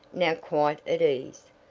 now quite at ease.